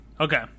Okay